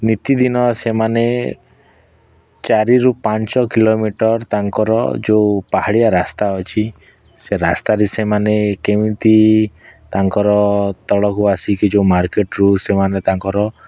ନିତିଦିନ ସେମାନେ ଚାରିରୁ ପାଞ୍ଚ କିଲୋମିଟର ତାଙ୍କର ଯେଉଁ ପାହାଡ଼ିଆ ରାସ୍ତା ଅଛି ସେ ରାସ୍ତାରେ ସେମାନେ କେମିତି ତାଙ୍କର ତଳକୁ ଆସିକି ଯେଉଁ ମାର୍କେଟରୁ ସେମାନେ ତାଙ୍କର